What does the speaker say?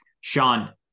Sean